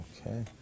Okay